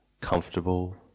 comfortable